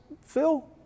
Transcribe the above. Phil